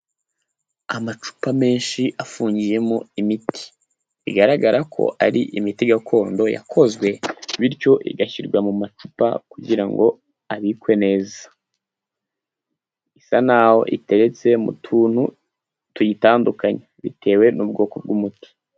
Amacupa menshi afungiyemo imiti, bigaragara ko ari imiti gakondo yakozwe igashyirwa mu macupa kugira ngo abikwe neza, bisa naho iteretse mu tuntu tuyitandukanye bitewe n'ubwoko bw'umuti.